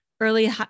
early